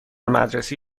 مدرسه